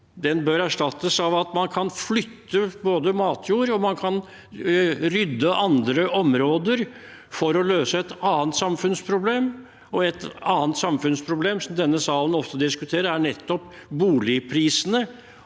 matjord, erstattes av at man kan både flytte matjord og rydde andre områder for å løse et annet samfunnsproblem. Og et annet samfunnsproblem denne salen ofte diskuterer, er nettopp boligprisene